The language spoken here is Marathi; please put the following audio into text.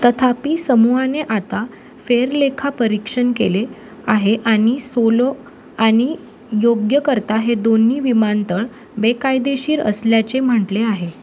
तथापि समुहाने आता फेरलेखापरीक्षण केले आहे आणि सोलो आणि योग्यकर्ता हे दोन्ही विमानतळ बेकायदेशीर असल्याचे म्हटले आहे